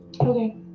Okay